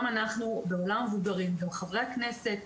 גם אנחנו בעולם המבוגרים, גם חברי הכנסת,